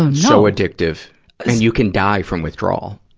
and so addictive. and you can die from withdrawal